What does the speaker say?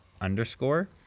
underscore